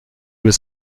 was